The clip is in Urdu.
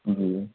جی